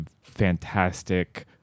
fantastic